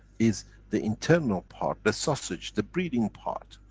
is the internal part, the sausage, the breathing part,